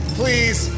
please